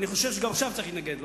ואני חושב שגם עכשיו צריך להתנגד לו.